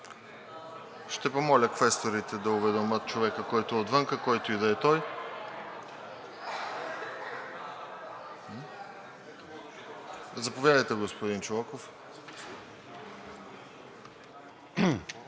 Ще помоля квесторите да уведомят човека, който е отвън, който и да е той. Заповядайте, господин Чолаков.